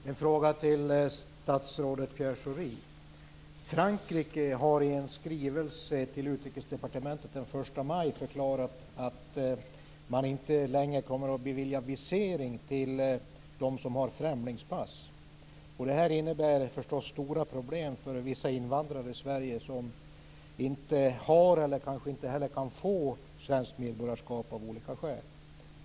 Fru talman! Jag vill ställa en fråga till statsrådet Pierre Schori. Frankrike har i en skrivelse till Utrikesdepartementet den 1 maj förklarat att man inte längre kommer att bevilja visering till dem som har främlingspass. Detta innebär naturligtvis stora problem för vissa invandrare i Sverige som av olika skäl inte har, och kanske inte heller kan få, svenskt medborgarskap.